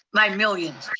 my millions.